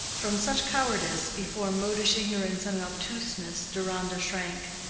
from such cowardice before modish ignorance and obtuseness, deronda shrank.